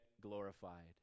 glorified